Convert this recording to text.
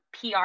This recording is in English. PR